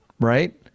right